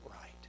right